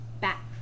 back